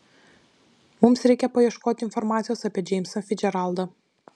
mums reikia paieškoti informacijos apie džeimsą ficdžeraldą